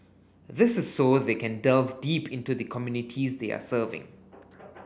this is so they can delve deep into the communities they are serving